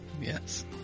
yes